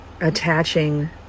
attaching